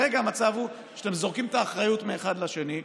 אבל כרגע המצב הוא שאתם זורקים את האחריות מאחד לשני.